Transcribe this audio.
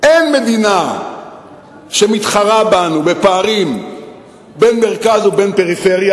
אין מדינה שמתחרה בנו בפערים בין מרכז ובין פריפריה,